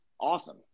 awesome